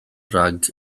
rhag